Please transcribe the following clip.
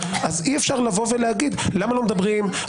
אי אפשר לבוא ולהגיד למה לא מדברים,